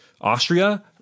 Austria